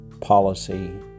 policy